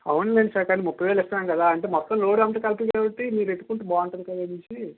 అవునులెండి సార్ కానీ ముప్పై వేలు ఇస్తున్నాం కదా అంటే మొత్తం లోడ్ అంతా కలిపి కాబట్టి మీరు పెట్టుకుంటే బాగుంటుంది కదా అనేసి